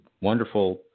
wonderful